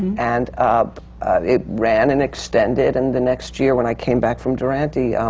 and it ran and extended. and the next year when i came back from durante,